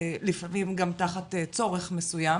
לפעמים גם תחת צורך מסוים